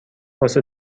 واسه